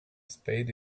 spade